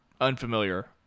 unfamiliar